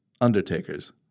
Undertakers